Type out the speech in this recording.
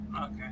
okay